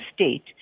state